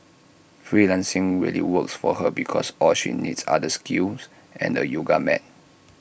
freelancing really works for her because all she needs are the skills and A yoga mat